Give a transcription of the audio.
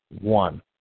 one